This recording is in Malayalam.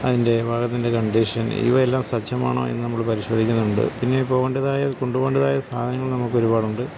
അതിൻ്റെ ഭാഗത്തിൻ്റെ കണ്ടീഷൻ ഇവെയെല്ലാം സജ്ജമാണോ എന്ന് നമ്മള് പരിശോദിക്കുന്നുണ്ട് പിന്നെ ഇ പോകേണ്ടതായ കൊണ്ടുപോകേണ്ടതായ സാധനങ്ങൾ നമുക്കൊരുപാടുണ്ട്